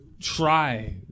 try